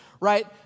right